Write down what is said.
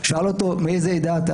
הוא שאל אותו: מאיזה עדה אתה?